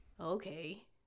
Okay